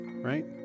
Right